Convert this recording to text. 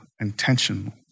intentional